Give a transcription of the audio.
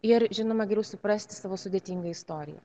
ir žinoma geriau suprasti savo sudėtingą istoriją